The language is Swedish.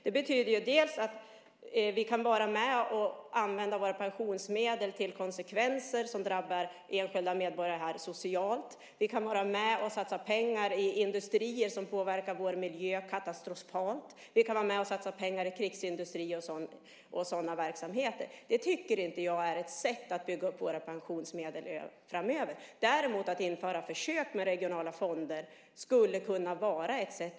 Det betyder dels att vi kan vara med och använda våra pensionsmedel till konsekvenser som drabbar enskilda medborgare socialt, dels att vi kan vara med och satsa pengar i industrier som påverkar vår miljö katastrofalt. Vi kan också vara med och satsa pengar i krigsindustri och sådana verksamheter. Det tycker inte jag är något bra sätt att bygga upp våra pensionsmedel framöver. Däremot är det bra att införa försök med regionala fonder. Det skulle kunna vara ett sätt.